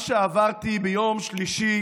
מה שעברתי ביום שלישי